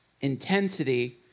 intensity